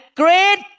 great